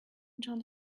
john